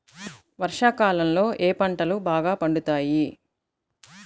వర్షాకాలంలో ఏ పంటలు బాగా పండుతాయి?